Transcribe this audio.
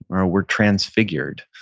we're transfigured.